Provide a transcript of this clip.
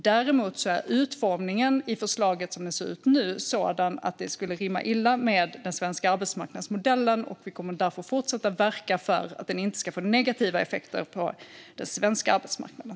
Däremot är utformningen av förslaget, som det ser ut nu, sådan att det skulle rimma illa med den svenska arbetsmarknadsmodellen. Vi kommer därför att fortsätta verka för att det inte ska få negativa effekter på den svenska arbetsmarknaden.